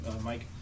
Mike